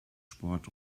sport